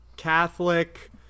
catholic